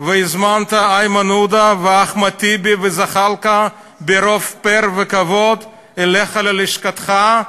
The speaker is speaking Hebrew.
והזמנת את איימן עודה ואחמד טיבי וזחאלקה ברוב פאר וכבוד אליך ללשכתך,